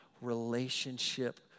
Relationship